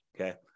Okay